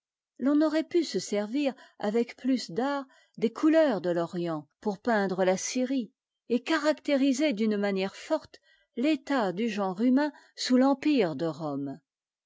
l'on aurait pu se servir avec plus d'art des couleurs de l'orient pour peindre la syrie et caractériser d'une manière forte l'état du genre humain sous l'empire de rome